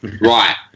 Right